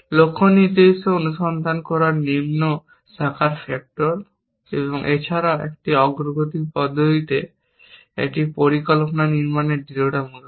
লক্ষ্য নির্দেশিত অনুসন্ধান করার নিম্ন শাখার ফ্যাক্টর এবং এছাড়াও একটি অগ্রগতি পদ্ধতিতে একটি পরিকল্পনা নির্মাণের দৃঢ়তা মূলত